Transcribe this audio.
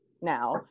now